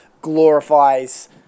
glorifies